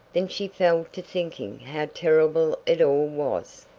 then she fell to thinking how terrible it all was.